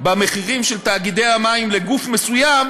במחירים של תאגידי המים לגוף מסוים,